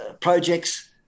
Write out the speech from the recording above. projects